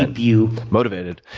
ah you motivated.